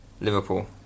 Liverpool